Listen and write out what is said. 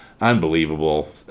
unbelievable